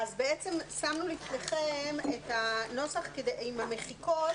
שמנו לפניכם את הנוסח עם המחיקות,